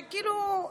שכאילו,